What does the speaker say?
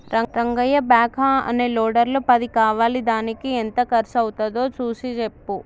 Rangayya backhoe అనే లోడర్ల పది కావాలిదానికి ఎంత కర్సు అవ్వుతాదో సూసి సెప్పు